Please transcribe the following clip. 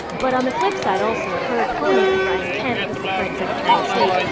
but on the flip side, also, her opponent brian kemp, who's the current secretary of state,